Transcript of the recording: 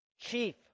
Chief